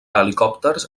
helicòpters